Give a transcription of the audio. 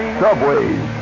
subways